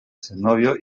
cenobio